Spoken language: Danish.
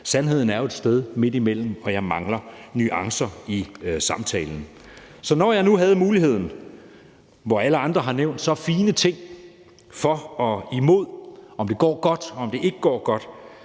Sandheden er jo et sted midt imellem, og jeg mangler nuancer i samtalen. Så når jeg nu havde muligheden, efter at alle andre har nævnt så fine ting for og imod, om det går godt, eller om det ikke går godt,